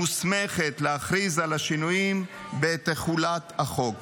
מוסמכת להכריז על השינויים בתחולת החוק.